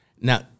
Now